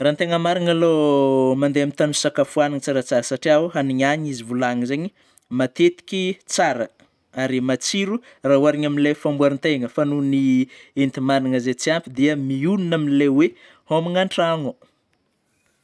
Raha ny tegna marina alôha mandeha amn'ny tany fisakafoanana no tsaratsara satria o hanigna any izy volagnina zegny matetiky tsara ary matsiro raha oharigna amin'ilay famborin-tegna fa noho ny enti-magnana zay tsy ampy dia mionona amin'ilay hoe homagna an-tragno.